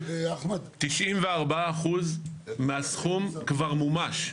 94% מהסכום כבר מומש,